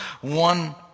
One